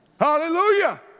Hallelujah